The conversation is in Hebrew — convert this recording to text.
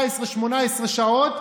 17, 18 שעות.